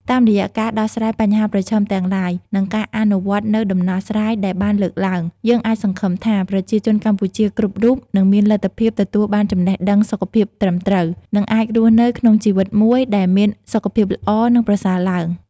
តាមរយៈការដោះស្រាយបញ្ហាប្រឈមទាំងឡាយ និងការអនុវត្តនូវដំណោះស្រាយដែលបានលើកឡើង យើងអាចសង្ឃឹមថាប្រជាជនកម្ពុជាគ្រប់រូបនឹងមានលទ្ធភាពទទួលបានចំណេះដឹងសុខភាពត្រឹមត្រូវ និងអាចរស់នៅក្នុងជីវិតមួយដែលមានសុខភាពល្អ និងប្រសើរឡើង។